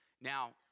Now